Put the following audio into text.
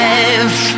Life